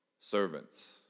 servants